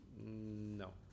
No